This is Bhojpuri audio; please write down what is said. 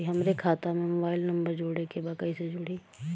हमारे खाता मे मोबाइल नम्बर जोड़े के बा कैसे जुड़ी?